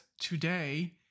today